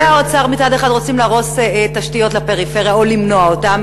פקידי האוצר מצד אחד רוצים להרוס תשתיות לפריפריה או למנוע אותן,